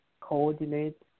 coordinate